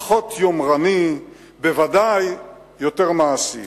פחות יומרני, בוודאי יותר מעשי.